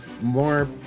more